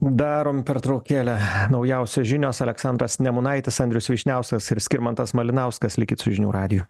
darom pertraukėlę naujausios žinios aleksandras nemunaitis andrius vyšniauskas ir skirmantas malinauskas likit su žinių radiju